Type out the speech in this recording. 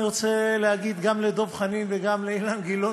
אני רוצה להגיד גם לדב חנין וגם לאילן גילאון,